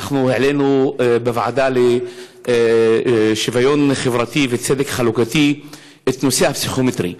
העלינו בוועדה לשוויון חברתי וצדק חלוקתי את נושא הפסיכומטרי.